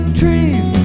trees